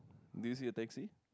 this is a taxi